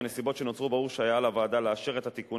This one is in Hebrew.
בנסיבות שנוצרו ברור שהיה על הוועדה לאשר את התיקון